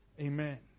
amen